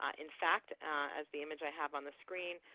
ah in fact, as the image i have on the screen,